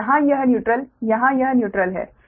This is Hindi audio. तो यहाँ यह न्यूट्रल यहाँ यह न्यूट्रल है